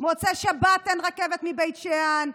במוצאי שבת אין רכבת מבית שאן.